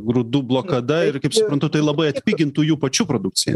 grūdų blokada ir kaip suprantu tai labai atpigintų jų pačių produkciją